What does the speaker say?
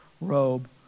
robe